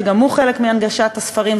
שגם הוא חלק מהנגשת הספרים,